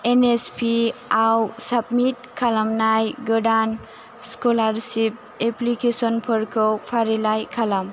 N S P आव submit खालामनाय गोदान स्क'लारशिप एप्लिकेसनफोरखौ फारिलाइ खालाम